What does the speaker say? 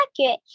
accurate